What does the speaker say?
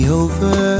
over